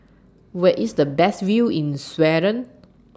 Where IS The Best View in Sweden